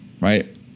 Right